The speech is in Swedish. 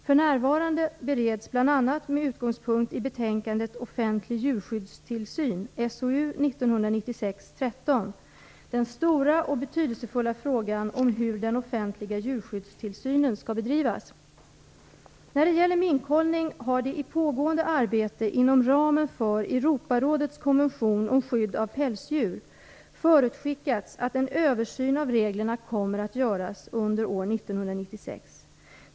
För närvarande bereds, bl.a. med utgångspunkt i betänkandet Offentlig djurskyddstillsyn , den stora och betydelsefulla frågan om hur den offentliga djurskyddstillsynen skall bedrivas. När det gäller minkhållning har det i pågående arbete inom ramen för Europarådets konvention om skydd av pälsdjur förutskickats att en översyn av reglerna kommer att göras under år 1996.